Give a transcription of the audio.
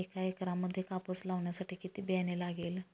एका एकरामध्ये कापूस लावण्यासाठी किती बियाणे लागेल?